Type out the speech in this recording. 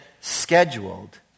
scheduled